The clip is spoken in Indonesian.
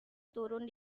turun